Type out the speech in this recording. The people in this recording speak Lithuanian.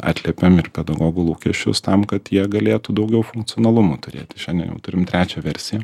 atliepiam ir pedagogų lūkesčius tam kad jie galėtų daugiau funkcionalumo turėti šiandien turim trečią versiją